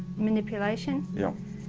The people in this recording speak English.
manipulation yep.